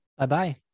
Bye-bye